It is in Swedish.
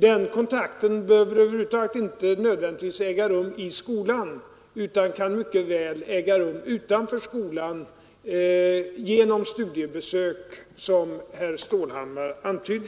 Den kontakten behöver inte nödvändigtvis äga rum i skolan utan kan mycket väl äga rum utanför skolan genom studiebesök, som herr Stålhammar antydde.